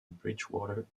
bridgewater